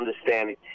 understanding